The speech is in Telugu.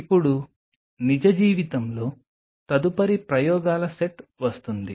ఇప్పుడు నిజ జీవితంలో తదుపరి ప్రయోగాల సెట్ వస్తుంది